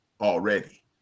already